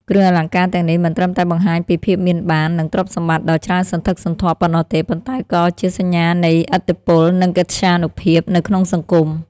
គ្រឿងអលង្ការទាំងនេះមិនត្រឹមតែបង្ហាញពី ភាពមានបាន និងទ្រព្យសម្បត្តិដ៏ច្រើនសន្ធឹកសន្ធាប់ប៉ុណ្ណោះទេ ប៉ុន្តែក៏ជាសញ្ញានៃ ឥទ្ធិពល និងកិត្យានុភាព នៅក្នុងសង្គម។